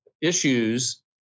issues